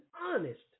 honest